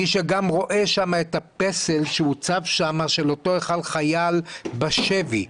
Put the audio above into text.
מי שרואה את הפסל שהוצב שם של חייל בשבי,